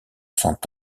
cent